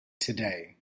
today